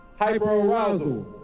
Hyperarousal